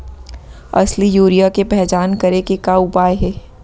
असली यूरिया के पहचान करे के का उपाय हे?